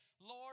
Lord